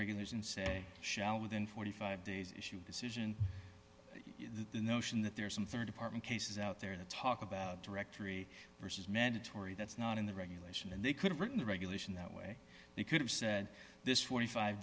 regulars and say shall within forty five dollars days issue decision the notion that there are some very department cases out there that talk about directory versus mandatory that's not in the regulation and they could've written the regulation that way they could have said this forty five